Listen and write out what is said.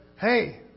hey